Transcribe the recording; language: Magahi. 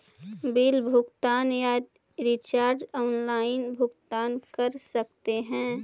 बिल भुगतान या रिचार्ज आनलाइन भुगतान कर सकते हैं?